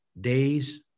days